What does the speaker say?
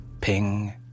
Ping